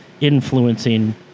influencing